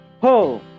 Ho